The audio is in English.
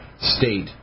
state